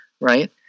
right